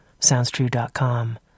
SoundsTrue.com